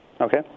Okay